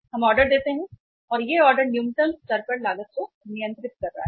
हम ऑर्डर देते हैं और यह ऑर्डर न्यूनतम स्तर पर लागत को नियंत्रित कर रहा है